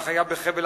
כך היה בחבל-לכיש,